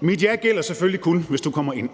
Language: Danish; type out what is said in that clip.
mit ja gælder selvfølgelig kun, hvis du kommer ind.